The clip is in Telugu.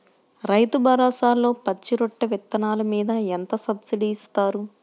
రైతు భరోసాలో పచ్చి రొట్టె విత్తనాలు మీద ఎంత సబ్సిడీ ఇస్తుంది?